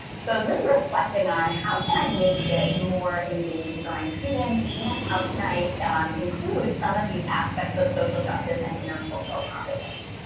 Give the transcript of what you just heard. so it's really reflecting on how can i make this more engaging for my students and how can i include some of these aspects of social justice and intercultural competence.